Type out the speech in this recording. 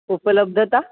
उपलब्धता